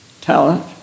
talent